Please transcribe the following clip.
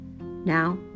Now